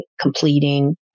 completing